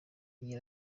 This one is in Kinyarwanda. iyi